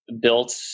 built